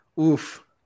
Oof